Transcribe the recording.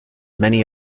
many